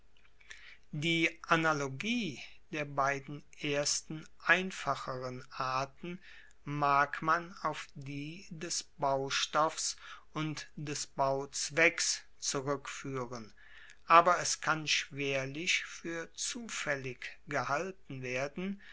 die analogie der beiden ersten einfacheren arten mag man auf die des baustoffs und des bauzwecks zurueckfuehren aber es kann schwerlich fuer zufaellig gehalten werden